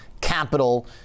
capital